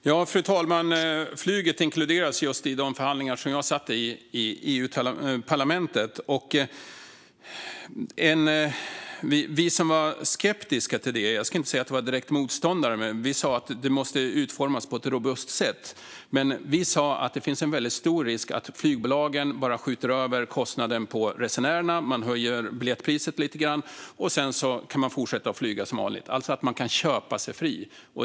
Fru talman! Flyget inkluderades i de förhandlingar som jag deltog i när jag satt i EU-parlamentet. Vi som var skeptiska till det - jag ska inte säga att vi var direkta motståndare, men vi ansåg att det måste utformas på ett robust sätt - sa att det finns en stor risk att flygbolagen bara skjuter över kostnaden på resenärerna. Man höjer biljettpriset lite grann, och sedan kan man fortsätta flyga som vanligt. Man kan alltså köpa sig fri.